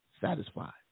satisfied